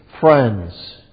friends